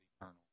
eternal